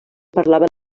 parlava